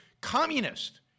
communist